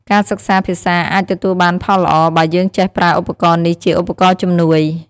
ការសិក្សាភាសាអាចទទួលបានផលល្អបើយើងចេះប្រើឧបករណ៍នេះជាឧបករណ៍ជំនួយ។